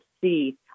see